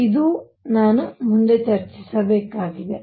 ಇದು ನಾನು ಮುಂದೆ ಚರ್ಚಿಸಬೇಕಾಗಿದೆ